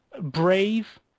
brave